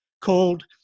called